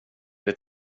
det